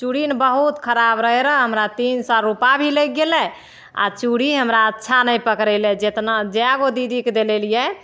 चूड़ी ने बहुत खराब रहै रऽ हमरा तीन सए रुपा भी लगि गेलै आ चूड़ी हमरा अच्छा नहि पकड़ेलै जेतना जएगो दीदीके देले रहियै